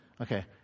Okay